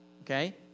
Okay